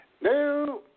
No